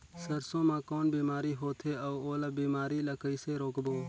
सरसो मा कौन बीमारी होथे अउ ओला बीमारी ला कइसे रोकबो?